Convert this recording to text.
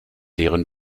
deren